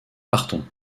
partons